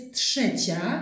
trzecia